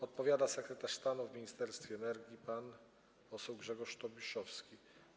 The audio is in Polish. Odpowiada sekretarz stanu w Ministerstwie Energii pan Grzegorz Tobiszowski.